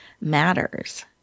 matters